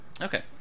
Okay